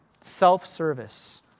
Self-service